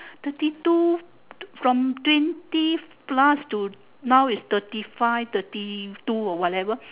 thirty two from twenty plus to now is thirty five thirty two or whatever